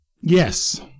Yes